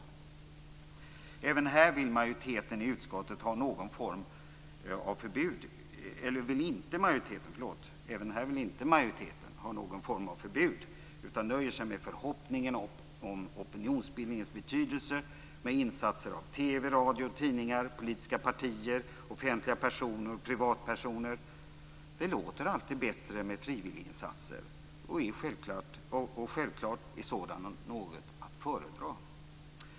Inte heller här vill majoriteten i utskottet ha någon form av förbud, utan nöjer sig med förhoppningen om opinionsbildningens betydelse med insatser av TV, radio, tidningar, politiska partier, offentliga personer och privatpersoner. Det låter alltid bättre med frivilliginsatser, och självklart är sådana att föredra.